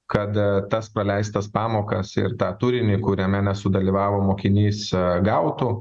kad tas praleistas pamokas ir tą turinį kuriame nesudalyvavo mokinys gautų